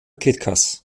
kickers